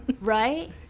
right